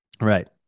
Right